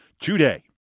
today